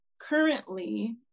currently